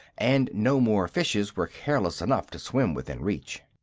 and no more fishes were careless enough to swim within reach.